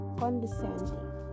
condescending